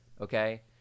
Okay